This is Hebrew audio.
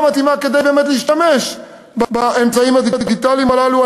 מתאימה כדי באמת להשתמש באמצעים הדיגיטליים הללו.